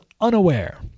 unaware